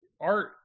art